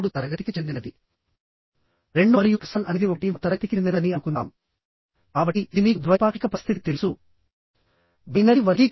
మరొకటి geometry factor